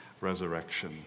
resurrection